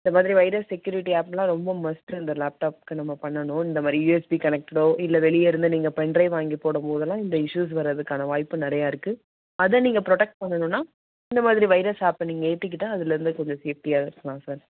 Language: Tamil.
இந்தமாதிரி வைரஸ் செக்கியூரிட்டி ஆப்பெல்லாம் ரொம்ப மஸ்ட்டு அந்த லேப்டாப்புக்கு நம்ம பண்ணணும் இந்தமாதிரி யுஎஸ்பி கனெக்டடோ இல்லை வெளியே இருந்து நீங்கள் பென் ட்ரைவ் வாங்கி போடும் போதெல்லாம் இந்த இஸ்யூஸ் வர்றதுக்கான வாய்ப்பு நிறையா இருக்குது அதை நீங்கள் ப்ரோடெக்ட் பண்ணணும்னால் இந்தமாதிரி வைரஸ் ஆப்பை நீங்கள் ஏற்றிக்கிட்டா அதில் இருந்து கொஞ்சம் சேஃப்டியாக இருக்கலாம் சார்